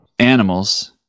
Animals